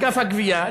אגף הגבייה,